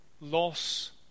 loss